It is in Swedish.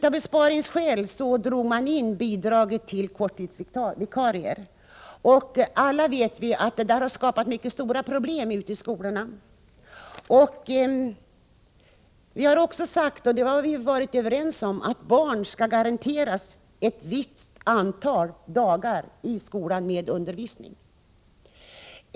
Av besparingsskäl drogs bidraget till korttidsvikarier in. Alla vet vi att det har skapat mycket stora problem ute i skolorna. Vi har varit överens om att barnen skall garanteras ett visst antal dagar i skolan med undervisning.